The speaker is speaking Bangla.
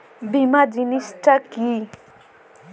বীমা জিনিস টা কি?